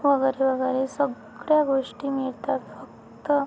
वगैरे वगैरे सगळ्या गोष्टी मिळतात फक्त